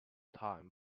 time